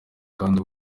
kandi